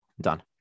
Done